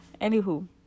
anywho